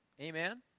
Amen